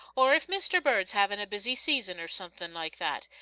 or if mr. bird's havin' a busy season, or somethin' like that.